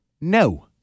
No